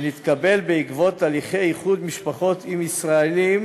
אשר התקבל בעקבות הליכי איחוד משפחות עם ישראלים,